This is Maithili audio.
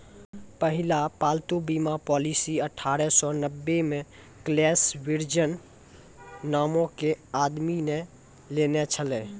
पहिला पालतू बीमा पॉलिसी अठारह सौ नब्बे मे कलेस वर्जिन नामो के आदमी ने लेने छलै